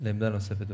לעמדה נוספת.